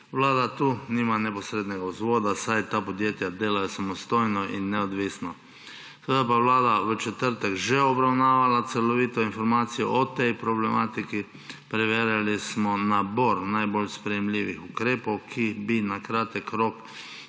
Vlada tu nima neposrednega vzvoda, saj ta podjetja delajo samostojno in neodvisno. Seveda pa je vlada v četrtek že obravnavala celovito informacijo o tej problematiki. Preverjali smo nabor najbolj sprejemljivih ukrepov, ki bi na kratek rok